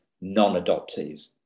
non-adoptees